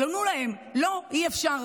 אבל ענו להם: לא, אי-אפשר.